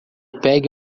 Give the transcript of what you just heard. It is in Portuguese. pegue